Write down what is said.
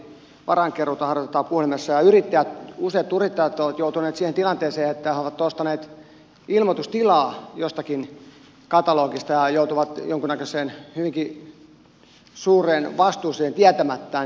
varainkeruuta harjoitetaan puhelimessa ja useat yrittäjät ovat joutuneet siihen tilanteeseen että he ovat ostaneet ilmoitustilaa jostakin katalogista ja joutuvat jonkun näköiseen hyvinkin suureen vastuuseen tietämättään